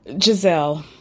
Giselle